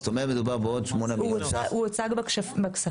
זאת אומרת מדובר בעוד 8. הוא הוצג גם בשקפים,